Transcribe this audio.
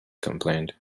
complained